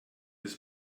bis